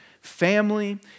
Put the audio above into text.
family